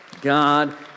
God